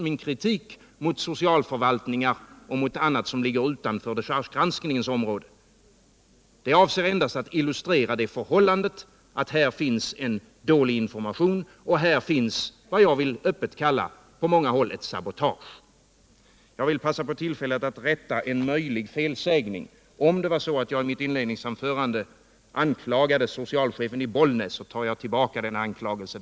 Min kritik mot socialförvaltningar och mot annat som ligger utanför dechargegranskningens område avser endast att illustrera det förhållandet att här finns dåligt med information och att här finns vad jag öppet vill kalla sabotage på många håll. Jag vill passa på tillfället att rätta en möjlig felsägning. Om det var så att jag i mitt inledningsanförande anklagade socialchefen i Bollnäs så tar jag tillbaka den anklagelsen.